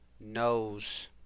Knows